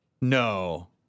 No